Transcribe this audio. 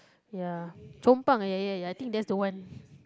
ya Chong pang ya ya I think there's the one